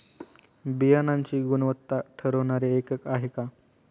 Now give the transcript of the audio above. बियाणांची गुणवत्ता ठरवणारे एकक आहे का?